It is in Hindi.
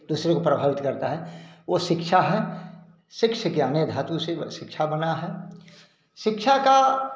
दूसरे को प्रभावित करता है वह शिक्षा है शिक्ष ज्ञाने धातु से वह शिक्षा बना है शिक्षा का